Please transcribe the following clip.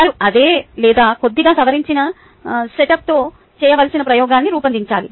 వారు అదే లేదా కొద్దిగా సవరించిన సెటప్తో చేయవలసిన ప్రయోగాన్ని రూపొందించాలి